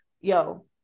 Yo